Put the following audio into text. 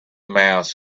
mass